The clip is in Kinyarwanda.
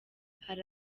hari